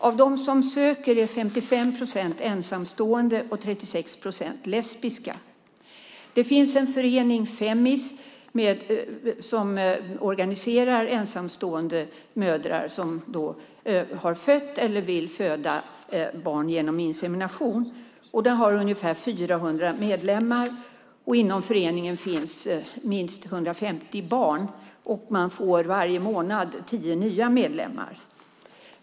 Av dem som söker är 55 procent ensamstående och 36 procent lesbiska. Det finns en förening, Femmis, som organiserar ensamstående mödrar som har fött eller vill föda barn genom insemination. Den har ungefär 400 medlemmar. Inom föreningen finns minst 150 barn. Man får varje månad tio nya medlemmar.